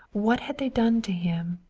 what had they done to him?